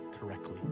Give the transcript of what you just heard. correctly